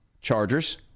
Chargers